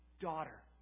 Daughter